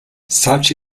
such